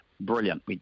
brilliant